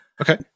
Okay